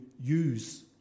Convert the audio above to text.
use